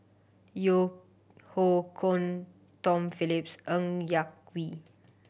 Yeo Hoe Koon Tom Phillips Ng Yak Whee